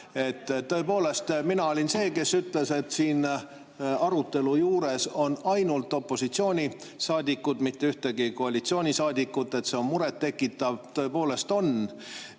tõepoolest mina olin see, kes ütles, et siin arutelu juures on ainult opositsioonisaadikud, mitte ühtegi koalitsioonisaadikut ja et see on muret tekitav. Tõepoolest on.